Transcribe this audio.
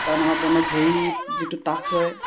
কাৰণ আমাৰ বনত ভৰি যিটো তাছ হয়